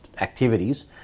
activities